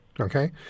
Okay